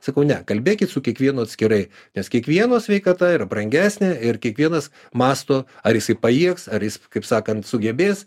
sakau ne kalbėkit su kiekvienu atskirai nes kiekvieno sveikata yra brangesnė ir kiekvienas mąsto ar jisai pajėgs ar jis kaip sakant sugebės